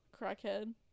crackhead